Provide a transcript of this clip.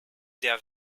der